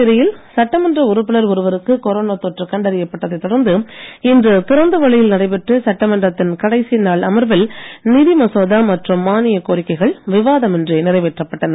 புதுச்சேரியில் சட்டமன்ற உறுப்பினர் ஒருவருக்கு கொரோனா தொற்று கண்டறியப் பட்டதை தொடர்ந்து இன்று திறந்த வெளியில் நடைபெற்ற சட்டமன்றத்தின் கடைசி நாள் அமர்வில் நிதி மசோதா மற்றும் மானிய கோரிக்கைகள் விவாதம் இன்றி நிறைவேற்றப்பட்டன